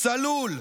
צלול,